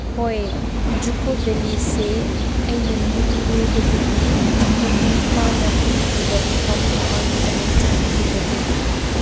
ꯍꯣꯏ ꯖꯨꯀꯣ ꯚꯦꯂꯤꯁꯦ ꯑꯩ ꯅꯤꯡꯂꯨꯕꯗꯒꯤ ꯃꯄꯨꯡ ꯐꯥꯅ ꯍꯦꯟꯈꯤꯕ ꯃꯐꯝ ꯑꯃꯅꯤ ꯑꯩꯅ ꯆꯠꯈꯤꯕꯗꯨ